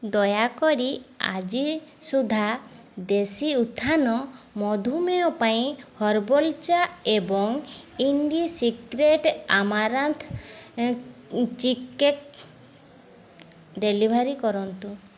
ଦୟାକରି ଆଜି ସୁଦ୍ଧା ଦେଶୀ ଉତ୍ଥାନ ମଧୁମେହ ପାଇଁ ହର୍ବାଲ୍ ଚା ଏବଂ ଇଣ୍ଡିସିକ୍ରେଟ ଆମାରାନ୍ଥ୍ ଚିକ୍ଜ୍ ଡେଲିଭରି କରନ୍ତୁ